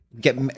get